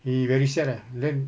he very sad ah then